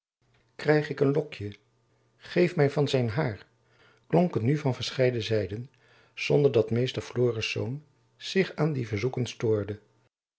krijg ik een lokjen geef my van zijn hair klonk het nu van verscheiden zijden zonder dat meester florisz zich aan die verzoeken stoorde